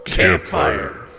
Campfire